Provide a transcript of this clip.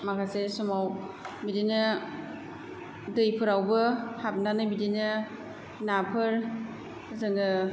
माखासे समाव बिदिनो दैफोरावबो हाबनानै बिदिनो नाफोर जोङो